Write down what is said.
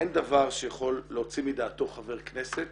אין דבר שיכול להוציא מדעתו חבר כנסת